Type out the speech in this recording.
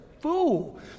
fool